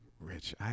rich